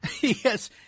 Yes